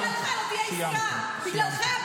בגללי לא תהיה עסקת חטופים?